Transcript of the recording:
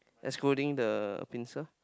excluding the pincer